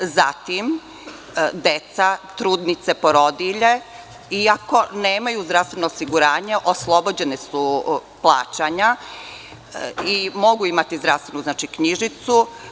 Zatim, deca, trudnice, porodilje, iako nemaju zdravstveno osiguranja oslobođeni su plaćanja i mogu imati zdravstvenu knjižicu.